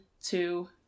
two